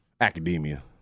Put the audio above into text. academia